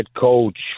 coach